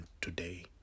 today